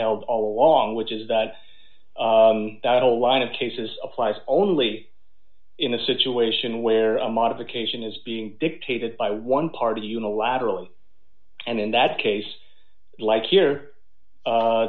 held all along which is that battle line of cases applies only in a situation where a modification is being dictated by one party unilaterally and in that case like here